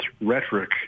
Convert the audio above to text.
rhetoric